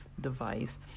device